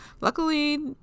luckily